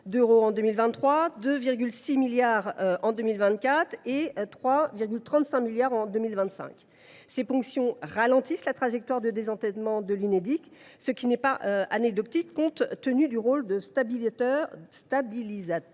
d’euros en 2023, 2,6 milliards en 2024 et 3,35 milliards prévus en 2025. Ces ponctions ralentissent la trajectoire de désendettement de l’Unédic, ce qui n’est pas anecdotique, compte tenu du rôle de stabilisateur